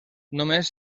només